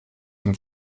ihm